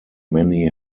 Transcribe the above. many